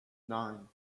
nine